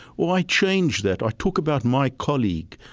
or i change that. i talk about my colleague,